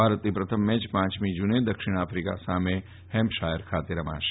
ભારતની પ્રથમ મેચ પાંચમી જ્રને દક્ષિણ આફિકા સામે હેમ્પશાયર ખાતે છે